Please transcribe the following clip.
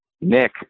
Nick